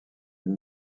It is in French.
une